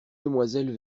demoiselles